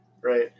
right